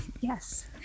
Yes